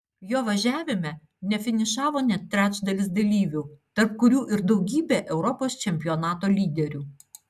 jo važiavime nefinišavo net trečdalis dalyvių tarp kurių ir daugybė europos čempionato lyderių